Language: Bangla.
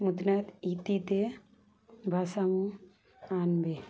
মুদনাথ স্মৃতিতে ভারসাম্য আনবে